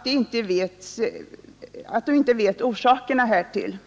sig inte veta orsakerna härtill.